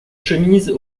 chemises